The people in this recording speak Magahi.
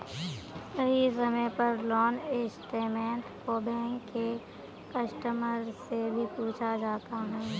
सही समय पर लोन स्टेटमेन्ट को बैंक के कस्टमर से भी पूछा जाता है